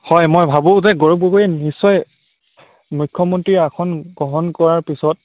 হয় মই ভাবোঁ যে গৌৰৱ গগৈয়ে নিশ্চয় মুখ্যমন্ত্ৰী আসন গ্ৰহণ কৰাৰ পিছত